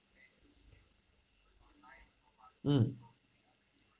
mm